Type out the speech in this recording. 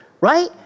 right